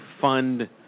fund